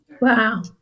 Wow